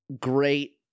great